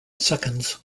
seconds